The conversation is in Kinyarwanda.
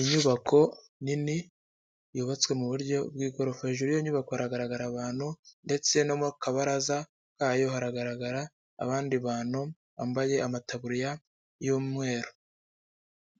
Inyubako nini yubatswe mu buryo bw'igorofa hejuru iyo nyubako hagaragara abantu ndetse no mu kabaraza kayo haragaragara abandi bantu bambaye amataburiya y'umweru